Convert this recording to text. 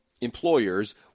employers